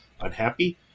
unhappy